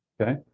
okay